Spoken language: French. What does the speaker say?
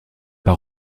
pas